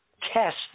test